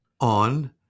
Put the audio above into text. on